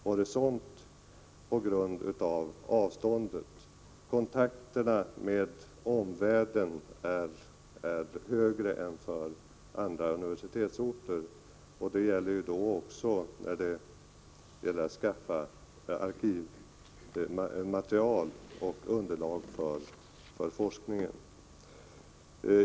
Kostnaderna för kontakterna med omvärlden är högre än för andra universitetsorter. Det gäller också beträffande arkivmaterial och underlag för forskningen.